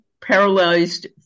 paralyzed